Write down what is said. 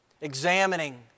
examining